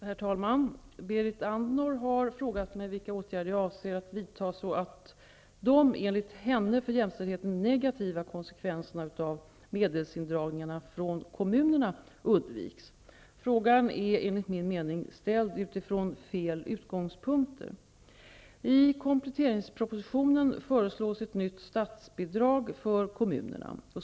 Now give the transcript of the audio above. Herr talman! Berit Andnor har frågat mig vilka åtgärder jag avser vidta så att de enligt henne för jämställdheten negativa konsekvenserna av medelsindragningarna från kommunerna undviks. Frågan är enligt min mening ställd utifrån fel utgångspunkter. I kompletteringspropositionen föreslås ett nytt statsbidrag för kommunerna.